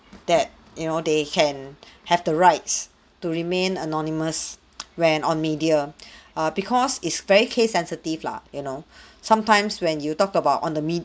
that you know they can have the rights to remain anonymous when on media err because is very case sensitive lah you know sometimes when you talk about on the med~